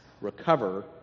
recover